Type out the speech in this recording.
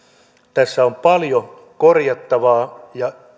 tässä on paljon korjattavaa ja